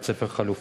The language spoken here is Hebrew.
בית-ספר חלופי.